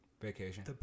vacation